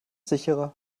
sicherer